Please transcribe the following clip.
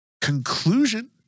conclusion